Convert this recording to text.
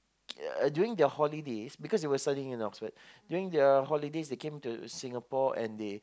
ya during their holiday because they were studying in Oxford during their holiday they came into Singapore and they